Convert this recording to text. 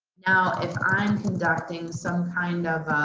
now if i'm conducting some kind of